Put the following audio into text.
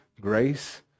grace